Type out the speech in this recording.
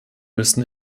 müssen